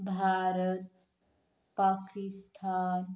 Bharat Pakistan